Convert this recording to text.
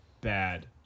bad